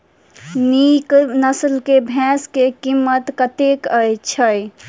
नीक नस्ल केँ भैंस केँ कीमत कतेक छै?